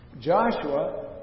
Joshua